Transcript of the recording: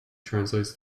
translates